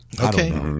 Okay